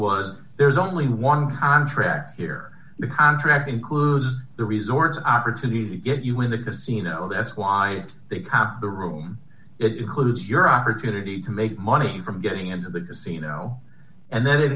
was there's only one contract here the contract includes the resort opportunity to get you in the casino that's why they kept the room it includes your opportunity to make money from getting into the casino and th